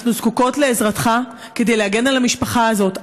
אנחנו זקוקות לעזרתך כדי להגן על המשפחה הזאת.